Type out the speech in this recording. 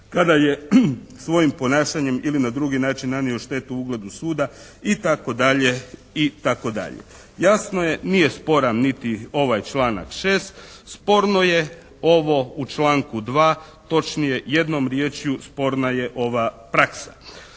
Kada je svojim ponašanjem ili na drugi način nanio štetu ugledu suda i tako dalje i tako dalje. Jasno je, nije sporan niti ovaj članak 6. Sporno je ovo u članku 2. točnije jednom riječju sporna je ova praksa.